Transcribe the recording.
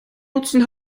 nutzen